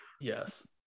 Yes